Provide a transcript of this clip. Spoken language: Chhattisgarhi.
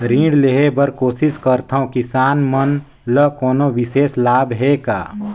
ऋण लेहे बर कोशिश करथवं, किसान मन ल कोनो विशेष लाभ हे का?